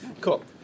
cool